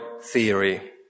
theory